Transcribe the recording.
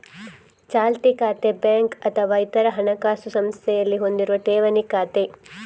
ಚಾಲ್ತಿ ಖಾತೆ ಬ್ಯಾಂಕು ಅಥವಾ ಇತರ ಹಣಕಾಸು ಸಂಸ್ಥೆಯಲ್ಲಿ ಹೊಂದಿರುವ ಠೇವಣಿ ಖಾತೆ